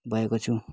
भएको छु